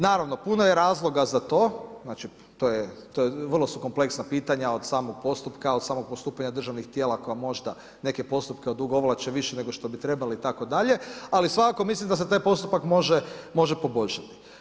Naravno puno je razloga za to, to su vrlo kompleksna pitanja od samog postupka od samog postupanja državnih tijela koja možda neke postupke odugovlače više nego što bi trebali itd., ali svakako mislim da se taj postupak može poboljšati.